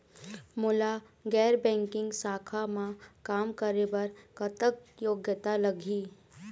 मोला गैर बैंकिंग शाखा मा काम करे बर कतक योग्यता लगही?